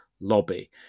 lobby